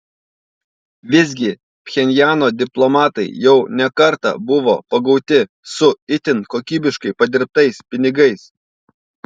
visgi pchenjano diplomatai jau ne kartą buvo pagauti su itin kokybiškai padirbtais pinigais